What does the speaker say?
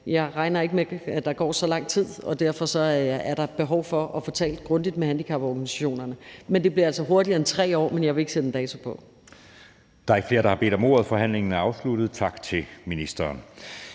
jeg regner ikke med, at der går så lang tid, og derfor er der behov for at få talt grundigt med handicaporganisationerne, men det bliver altså hurtigere end 3 år, men jeg vil ikke sætte en dato på. Kl. 15:09 Anden næstformand (Jeppe Søe): Tak til ministeren.